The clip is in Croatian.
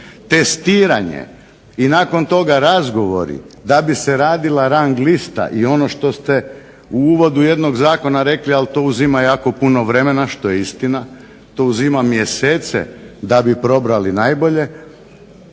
testiranje i nakon toga razgovori da bi se radila rang lista i ono što ste u uvodu jednog Zakona rekla ali to uzima jako puno vremena, što je istina, to uzima mjesece da bi probrali najbolje,